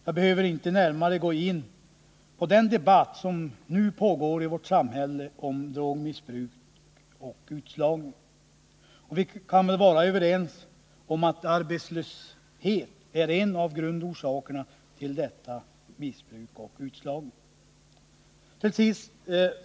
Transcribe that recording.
Jag behöver inte närmare gå in på den debatt som nu pågår i vårt samhälle om drogmissbruk och utslagning; vi kan väl vara överens om att arbetslöshet är en av grundorsakerna till detta missbruk och till utslagningen.